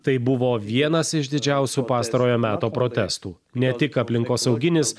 tai buvo vienas iš didžiausių pastarojo meto protestų ne tik aplinkosauginis